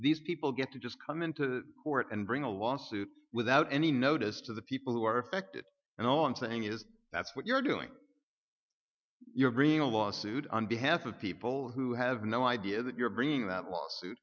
these people get to just come into the court and bring a lawsuit without any notice to the people who are affected and all i'm saying is that's what your doing you're bringing a lawsuit on behalf of people who have no idea that you're bringing that lawsuit